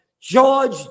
George